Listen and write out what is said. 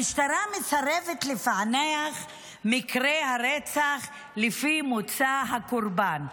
המשטרה מסרבת לפענח מקרי רצח לפי מוצא הקורבן.